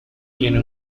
tiene